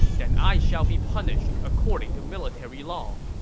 then i shall be punished according to military law.